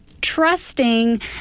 trusting